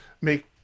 make